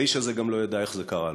האיש הזה גם לא ידע איך זה קרה לו.